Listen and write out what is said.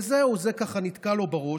וזהו, זה ככה נתקע לו בראש,